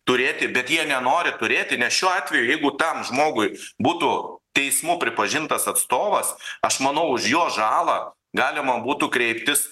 turėti bet jie nenori turėti nes šiuo atveju jeigu tam žmogui būtų teismų pripažintas atstovas aš manau už jo žalą galima būtų kreiptis